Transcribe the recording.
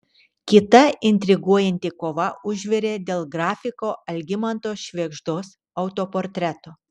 kita intriguojanti kova užvirė dėl grafiko algimanto švėgždos autoportreto